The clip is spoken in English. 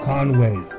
Conway